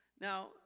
Now